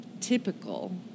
typical